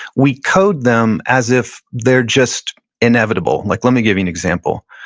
we code them as if they're just inevitable. like let me give you an example,